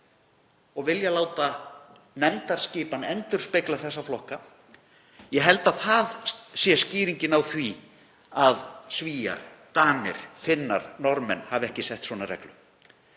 og vilja láta nefndarskipan endurspegla þá flokkaskipan. Ég held að það sé skýringin á því að Svíar, Danir, Finnar og Norðmenn hafa ekki sett svona reglu.